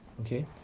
Okay